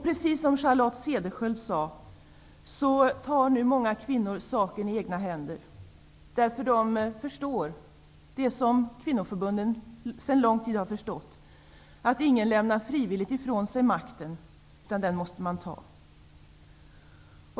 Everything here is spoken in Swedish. Precis som Charlotte Cederschiöld sade tar nu många kvinnor saken i egna händer; de förstår vad kvinnoförbunden länge har förstått, nämligen att ingen frivilligt lämnar ifrån sig makten -- den måste man ta.